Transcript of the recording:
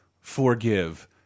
forgive